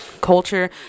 culture